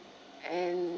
and